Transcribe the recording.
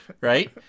right